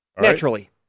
Naturally